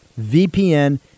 VPN